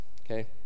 okay